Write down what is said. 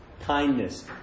Kindness